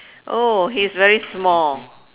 oh he's very small